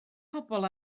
pobl